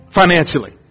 financially